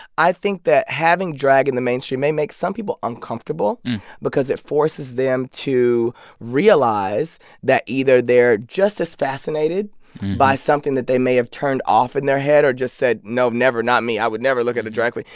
i think that having drag in the mainstream may make some people uncomfortable because it forces them to realize that either they're just as fascinated by something that they may have turned off in their head or just said no, never, not me i would never look at the drag queen.